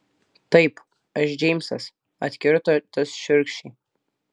taip aš džeimsas atkirto tas šiurkščiai